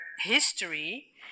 history